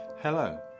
Hello